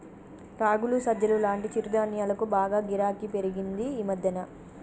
రాగులు, సజ్జలు లాంటి చిరుధాన్యాలకు బాగా గిరాకీ పెరిగింది ఈ మధ్యన